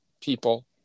people